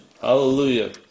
Hallelujah